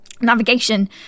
navigation